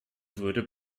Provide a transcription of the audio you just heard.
würde